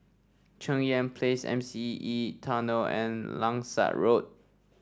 Cheng Yan Place M C E Tunnel and Langsat Road